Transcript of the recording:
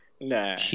No